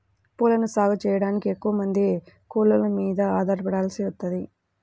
పూలను సాగు చెయ్యడానికి ఎక్కువమంది కూలోళ్ళ మీద ఆధారపడాల్సి వత్తది